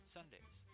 Sundays